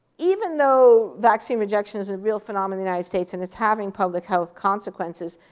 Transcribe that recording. even though vaccine rejection is a real phenomenon united states and it's having public health consequences,